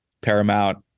paramount